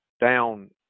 down